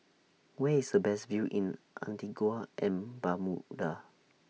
Where IS The Best View in Antigua and Barbuda